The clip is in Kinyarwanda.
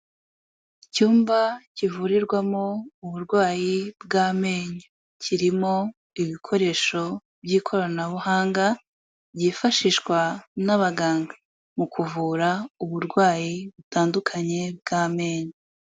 Icyumba kivurirwamo uburwayi bw'amenyo, kirimo ibikoresho by'ikoranabuhanga byifashishwa n'abaganga mu kuvura uburwayi butandukanye bw'amenyo.